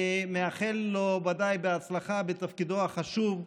אני ודאי מאחל לו הצלחה בתפקידו החשוב.